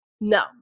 No